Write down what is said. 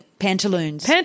pantaloons